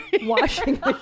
washing